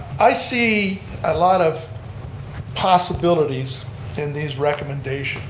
i see a lot of possibilities in these recommendations